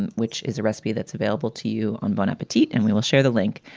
and which is a recipe that's available to you on bon appetite. and we will share the link